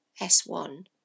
S1